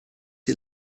die